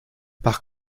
par